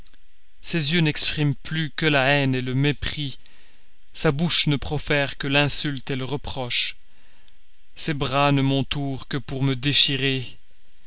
ses yeux n'expriment plus que la haine le mépris sa bouche ne profère que l'insulte le reproche ses bras ne m'entourent que pour me déchirer